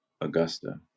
Augusta